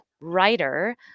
writer